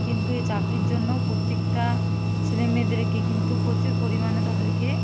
কিন্তু এ চাকরির জন্য প্রত্যেকটা ছেলে মেয়েদেরকে কিন্তু প্রচুর পরিমাণে তাদেরকে